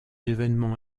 événements